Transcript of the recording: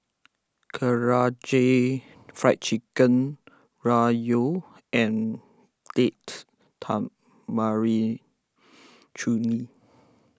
Karaage Fried Chicken Ramyeon and Date Tamarind Chutney